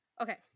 Okay